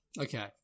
Okay